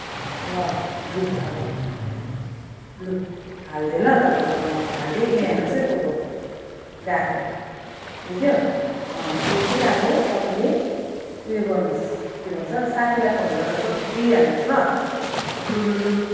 ल ल लु अब लु हालिदिएँ ल तपाईँको एमाउन्ट हालिदिएँ यी यहाँ हेर्नुहोस् है फोटो गएको देख्यो त्यो चाहिँ अब तपाईँले ऊ यो गर्नुहोस् के भन्छ साथीलाई फोन गरेर सोधिहाल्नुहोस् ल लु लु लु लु